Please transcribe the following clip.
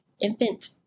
Infant